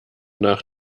nach